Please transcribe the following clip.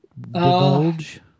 divulge